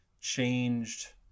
changed